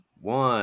one